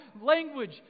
language